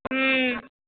हुँ